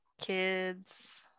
kids